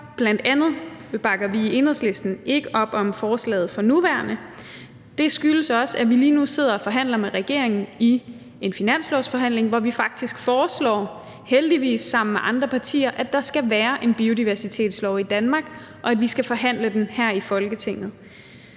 bl.a. derfor, at vi i Enhedslisten ikke bakker op om forslaget for nuværende. Det skyldes også, at vi lige nu sidder og forhandler med regeringen i en finanslovsforhandling, hvor vi faktisk foreslår – heldigvis sammen med andre partier – at der skal være en biodiversitetslov i Danmark, og at vi skal forhandle den her i Folketinget.